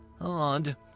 Odd